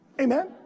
Amen